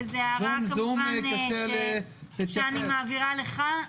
וזו הערה שאני מעבירה לך,